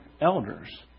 elders